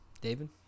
David